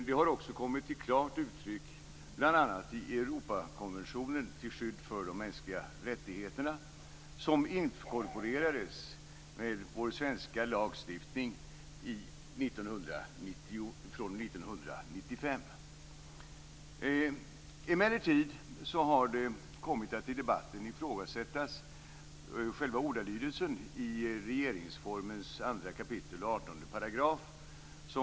Det har också kommit till klart uttryck bl.a. i Europakonventionen till skydd för de mänskliga rättigheterna, som inkorporerades med vår svenska lagstiftning 1995. Emellertid har i debatten själva ordalydelsen i regeringsformens 2 kap. 18 § kommit att ifrågasättas.